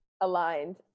Aligned